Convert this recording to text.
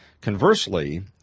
Conversely